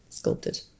sculpted